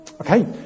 Okay